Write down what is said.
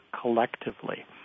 collectively